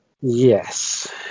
Yes